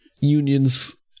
Union's